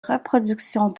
reproductions